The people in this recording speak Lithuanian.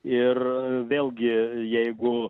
ir vėlgi jeigu